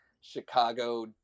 Chicago